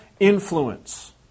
Influence